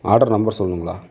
order number சொல்லணுங்களா